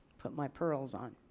put my pearls on